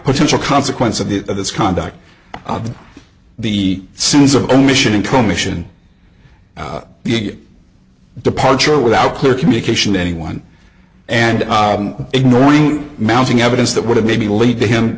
potential consequences of this conduct of the sins of omission and commission the departure without clear communication to anyone and ignoring mounting evidence that would have maybe lead to him